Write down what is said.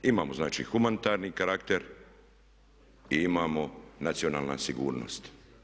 Imamo znači humanitarni karakter i imamo nacionalnu sigurnost.